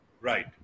Right